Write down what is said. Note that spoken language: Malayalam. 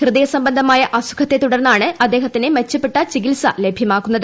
ഹൃദയ സംബന്ധമായ അസുഖത്തെ തുടർന്നാണ് അദ്ദേഹത്തിന് മെച്ചപ്പെട്ട ചികിത്സ ലഭ്യമാക്കുന്നത്